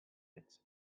its